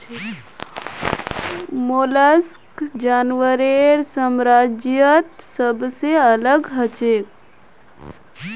mollusc जानवरेर साम्राज्यत सबसे अलग हछेक